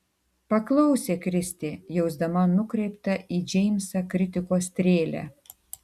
paklausė kristė jausdama nukreiptą į džeimsą kritikos strėlę